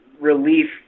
relief